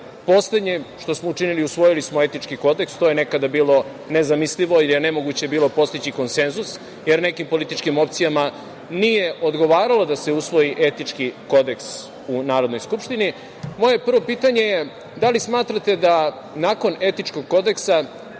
Poslednje što smo učinili jeste da smo usvojili Etički kodeks, što je nekada bilo nezamislivo, nemoguće je bilo postići konsenzus, jer nekim, političkim opcijama nije odgovaralo da se usvoji Etički kodeks u Narodnoj skupštini. Moje prvi pitanje – da li smatrate da nakon Etičkog kodeksa